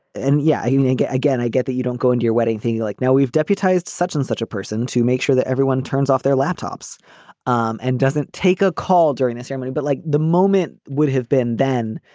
and. yeah. you know, again, i get that you don't go into your wedding thing like now we've deputized such and such a person to make sure that everyone turns off their laptops um and doesn't take a call during the ceremony. but like the moment would have been then,